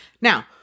Now